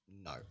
No